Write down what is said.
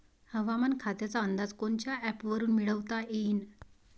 हवामान खात्याचा अंदाज कोनच्या ॲपवरुन मिळवता येईन?